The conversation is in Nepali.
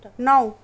नौ